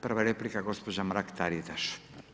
Prva replika, gospođa Mrak Taritaš.